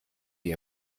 die